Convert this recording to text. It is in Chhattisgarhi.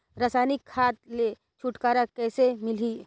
रसायनिक खाद ले छुटकारा कइसे मिलही?